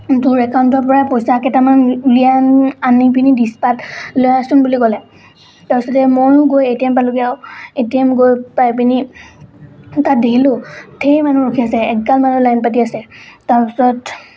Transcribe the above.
তোৰ একাউণ্টৰ পৰাই পইচা কেইটামান উলিয়াই আনি পিনি ডিছ পাত লৈ আহচোন বুলি ক'লে তাৰ পাছতে ময়ো গৈ এ টি এম পালোঁগৈ আৰু এ টি এম গৈ পাই পিনি তাত দেখিলোঁ ধেৰ মানুহ ৰখি আছে এগাল মানুহ লাইন পাতি আছে তাৰ পাছত